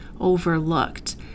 overlooked